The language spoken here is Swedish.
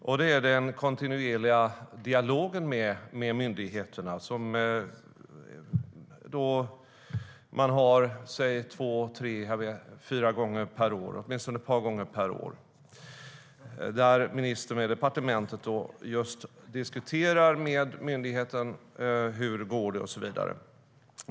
Ett är den kontinuerliga dialogen med myndigheterna som man har åtminstone ett par gånger per år där ministern eller departementet diskuterar med myndigheten om hur det går och så vidare.